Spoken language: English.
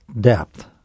depth